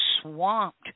swamped